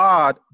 God